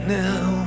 now